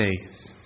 faith